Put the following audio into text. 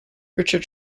richard